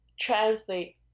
translate